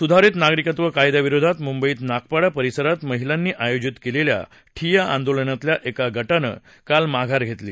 सुधारित नागरिकत्व कायद्याविरोधात मुंबईत नागपाडा परिसरात महिलांनी आयोजित केलेल्या ठिय्या आंदोलनातल्या एका गटानं काल माघार घेतली